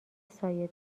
سایه